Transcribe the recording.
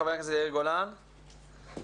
חבר הכנסת יאיר גולן, בבקשה.